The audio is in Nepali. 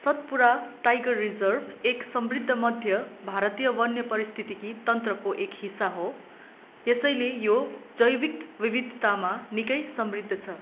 सतपुरा टाइगर रिजर्भ एक समृद्ध मध्य भारतीय वन्य पारिस्थितिकी तन्त्रको एक हिस्सा हो यसैले यो जैविक विविधतामा निकै समृद्ध छ